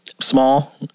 small